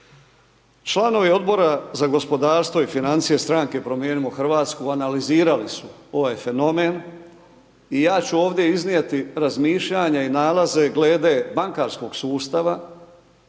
Članovi Odbora za gospodarstvo i financije, stranke Promijenimo Hrvatsku analizirali su ovaj fenomen i ja ću ovdje iznijeti razmišljanja i nalaze glede bankarskog sustava